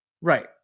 right